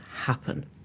happen